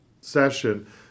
session